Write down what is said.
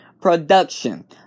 Production